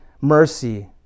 mercy